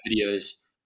videos